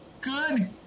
Good